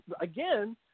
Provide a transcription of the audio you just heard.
again